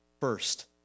first